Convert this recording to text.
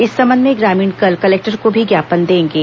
इस संबंध में ग्रामीण कल कलेक्टर को ज्ञापन भी देंगे